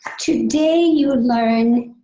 today you learn